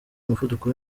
umuvuduko